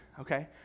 okay